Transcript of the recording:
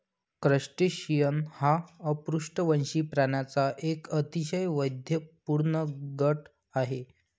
crustacean हा अपृष्ठवंशी प्राण्यांचा एक अतिशय वैविध्यपूर्ण गट आहे